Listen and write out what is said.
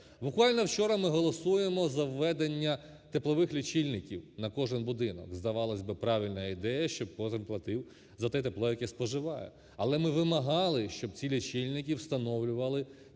Буквально вчора ми голосуємо за введення теплових лічильників на кожен будинок. Здавалось би правильна ідея, щоб кожен платив за те тепло, яке споживає. Але ми вимагали, щоб ті лічильники встановлювали